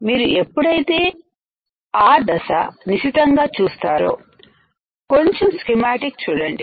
మీరు ఎప్పుడైతే ఆ దశ నిశితంగా చూస్తారో కొంచెం స్కీమాటిక్ చూడండి